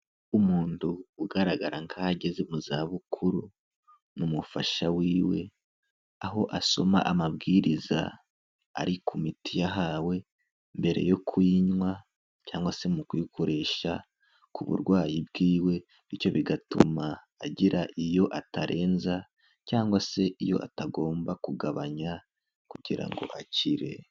Umuntu ugaragara nkaho ageze mu zabukuru n'umufasha wiwe, aho asoma amabwiriza ari ku miti yahawe mbere yo kuyinywa cyangwa se mu kuyikoresha ku burwayi bwiwe, bityo bigatuma agira iyo atarenza cyangwa se iyo atagomba kugabanya kugira ngo akire.